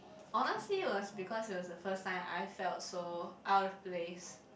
honestly was because it was the first time I felt so out of list